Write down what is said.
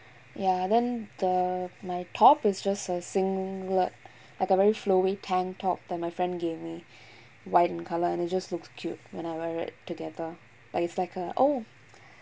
ya then the my top is just a singlet like a very flowy tank top that my friend gave me white in colour and it just looks cute when I wear together but it's like a oh